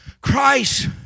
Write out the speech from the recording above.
Christ